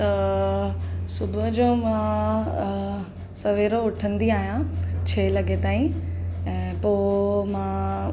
त सुबुह जो मां सवेल उथंदी आहियां छह लॻे ताईं ऐं पोइ मां